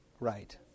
Right